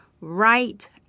right